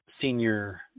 senior